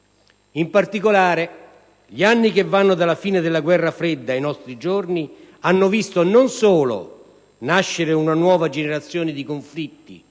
In particolare, gli anni che vanno dalla fine della guerra fredda ai nostri giorni hanno visto non solo nascere una nuova generazione di conflitti,